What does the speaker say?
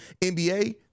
NBA